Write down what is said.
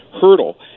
hurdle